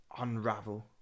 unravel